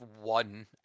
one